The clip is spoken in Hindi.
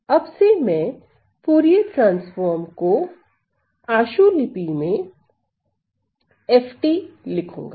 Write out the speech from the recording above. अब से मैं फूरिये ट्रांसफॉर्म को आशुलिपि में FT लिखूंगा